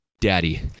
Daddy